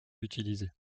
utilisées